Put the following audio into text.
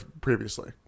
previously